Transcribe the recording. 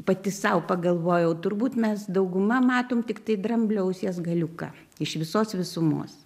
pati sau pagalvojau turbūt mes dauguma matom tik tai dramblio ausies galiuką iš visos visumos